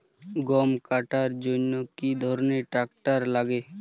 গম কাটার জন্য কি ধরনের ট্রাক্টার লাগে?